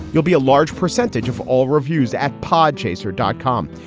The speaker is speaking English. you'll be a large percentage of all reviews at pod chaser dot com.